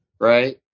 right